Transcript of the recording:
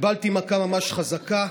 קיבלתי מכה ממש חזקה,